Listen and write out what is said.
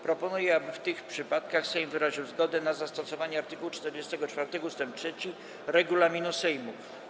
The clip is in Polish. Proponuję, aby w tych przypadkach Sejm wyraził zgodę na zastosowanie art. 44 ust. 3 regulaminu Sejmu.